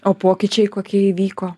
o pokyčiai kokie įvyko